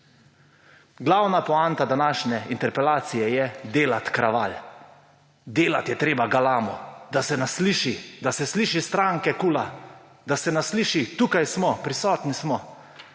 Glavna poanta današnje interpelacije je delati kraval. Delati je treba galamo, da se nas sliši, da se sliši stranke KUL, da se nas sliši: tukaj smo, prisotni smo.